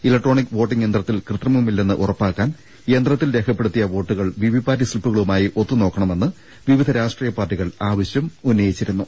electronic voting യന്ത്രത്തിൽ കൃത്രിമം ഇല്ലെന്ന് ഉറപ്പാക്കാൻ യന്ത്രത്തിൽ രേഖപ്പെടുത്തിയ വോട്ടുകൾ വിവിപാറ്റ് സ്ളിപ്പുകളുമായി ഒത്തുനോക്കണമെന്ന് വിവിധ രാഷ്ട്രീയ പാർട്ടി കൾ ആവശ്യമുന്നയിച്ചിരുന്നു